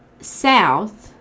south